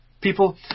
People